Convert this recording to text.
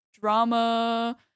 drama